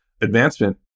advancement